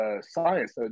Science